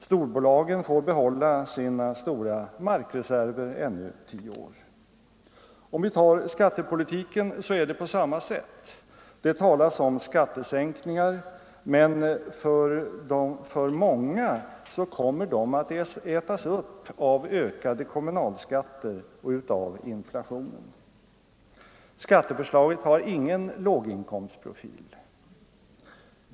Storbolagen får behålla sina stora markreserver ännu tio år. Om vi tar skattepolitiken ser vi att det är på samma sätt. Det talas om skattesänkningar, men för många kommer de att ätas upp av ökade kommunalskatter och av inflationen. Skatteförslaget har ingen låginkomstprofil.